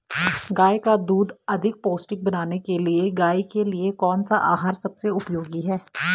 गाय का दूध अधिक पौष्टिक बनाने के लिए गाय के लिए कौन सा आहार सबसे उपयोगी है?